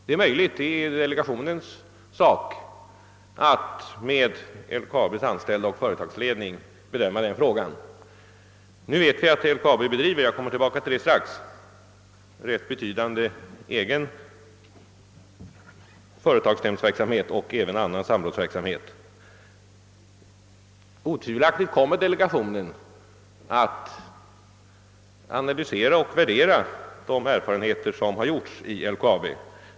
Det är delegationens sak att tillsammans med LKAB:s anställda och ledning bedöma den saken. LKAB bedriver — jag kommer tillbaka till det strax — rätt betydande egen företagsnämndsverksamhet och även annan samrådsverksamhet. Otvivelaktigt kommer delegationen att analysera och värdera de erfarenheter som har gjorts inom LKAB.